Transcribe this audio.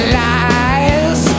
lies